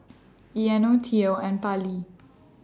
Eino Theo and Pallie